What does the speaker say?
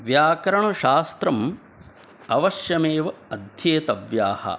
व्याकरणशास्त्रम् अवश्यमेव अध्येतव्यम्